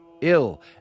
Ill